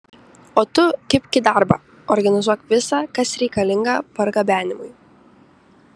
o tu kibk į darbą organizuok visa kas reikalinga pergabenimui